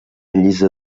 llisa